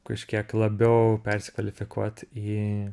kažkiek labiau persikvalifikuot į